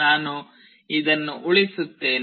ನಾನು ಇದನ್ನು ಉಳಿಸುತ್ತೇನೆ